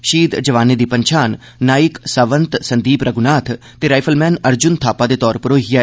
शहीद जवानें दी पन्छान नाईक सावंत संदीप रघुनाथ ते राईफलमैन अर्जुन थापा दे तौर उप्पर हाई ऐ